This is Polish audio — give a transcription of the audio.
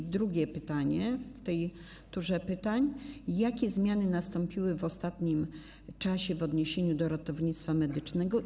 I drugie pytanie w tej turze pytań: Jakie zmiany nastąpiły w ostatnim czasie w odniesieniu do ratownictwa medycznego?